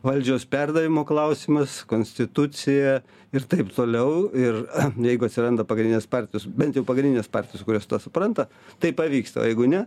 valdžios perdavimo klausimas konstitucija ir taip toliau ir jeigu atsiranda pagrindinės partijos bent jau pagrindinės partijos kurios tą supranta tai pavyksta o jeigu ne